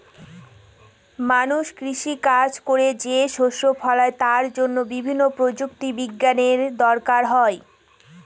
মানুষ কৃষি কাজ করে যে শস্য ফলায় তার জন্য বিভিন্ন প্রযুক্তি বিজ্ঞানের দরকার হয়